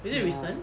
ya